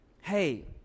Hey